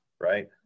right